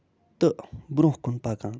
تہٕ برونہہ کُن پَکان